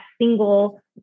single